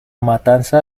matanza